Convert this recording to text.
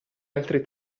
altri